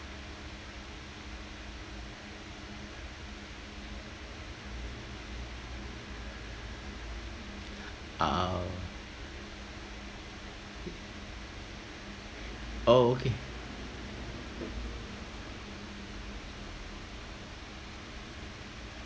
ah oh okay